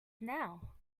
now